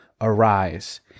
arise